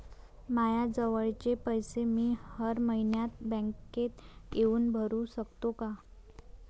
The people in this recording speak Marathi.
मायाजवळचे पैसे मी हर मइन्यात बँकेत येऊन भरू सकतो का?